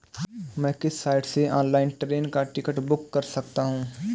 मैं किस साइट से ऑनलाइन ट्रेन का टिकट बुक कर सकता हूँ?